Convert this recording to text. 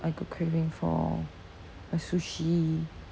I got craving for uh sushi